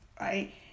right